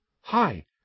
hi